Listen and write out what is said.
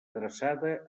adreçada